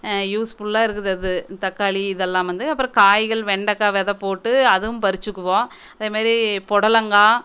யூஸ்ஃபுல்லாக இருக்குது அது தக்காளி இதெல்லாம் வந்து அப்புறம் காய்கள் வெண்டக்காய் வித போட்டு அதும் பறிச்சிக்குவோம் அதைமேரி புடலங்கா